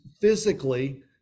physically